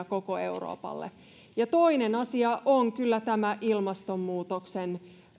koko euroopalle toinen asia on kyllä ilmastonmuutoksen